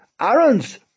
Aaron's